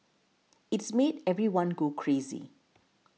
it's made everyone go crazy